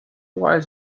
was